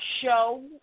show